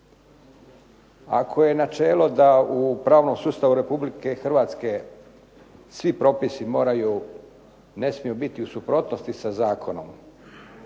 Ako je načelo da u pravnom sustavu RH svi propisi moraju, ne smiju biti u suprotnosti sa zakonom,